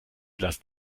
lassen